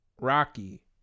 Rocky